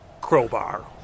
Crowbar